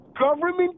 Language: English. government